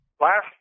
last